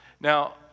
Now